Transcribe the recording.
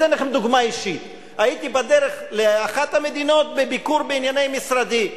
אתן לכם דוגמה אישית: הייתי בדרך לאחת המדינות בביקור בענייני משרדי,